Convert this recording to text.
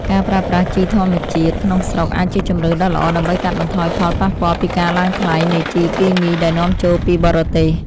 ការប្រើប្រាស់ជីធម្មជាតិក្នុងស្រុកអាចជាជម្រើសដ៏ល្អដើម្បីកាត់បន្ថយផលប៉ះពាល់ពីការឡើងថ្លៃនៃជីគីមីដែលនាំចូលពីបរទេស។